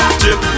chip